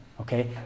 okay